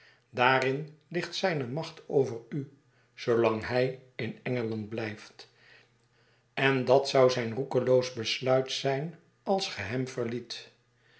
daarin ligt zijne macht over u zoolang hij in engeland blijft en dat zou zijn roekeloos besluit zijn als ge hem veriiet